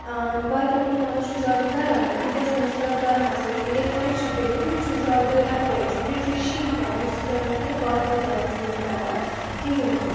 باقیَن مُلکَن مَنٛز چھُ زیادٕ گَرم اِنڈیاہَس منٛز چھُ زیادٕ گَرم آسان لیکِن ییٚتہِ کیاہ چھُ دٔلیٖل ییٚتہِ چھُ زیادٕ رٮ۪تہٕ کوٚل آسان بیٚیہِ چھُ یہِ شیٖن پیٚوان یُس زَن کہِ باقیَن جایَن چھُنہٕ پیٚوان کِہیٖنۍ تہِ